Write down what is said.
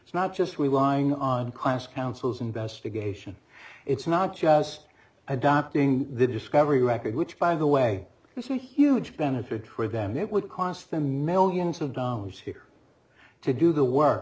it's not just we whine on class councils investigation it's not just adopting the discovery record which by the way was a huge benefit for them it would cost them millions of dollars here to do the work